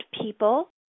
people